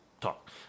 talk